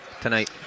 tonight